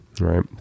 right